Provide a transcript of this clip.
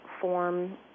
form